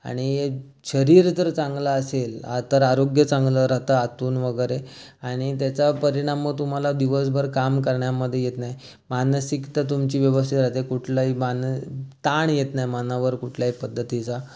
आणि शरीर जर चांगलं असेल आ तर आरोग्य चांगलं राहतं आतून वगैरे आणि त्याचा परिणाम मग तुम्हाला दिवसभर काम करण्यामध्ये येत नाही मानसिकता तुमची व्यवस्थित राहते कुठलाही मान ताण येत नाही मनावर कुठल्याही पद्धतीचा